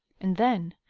and then,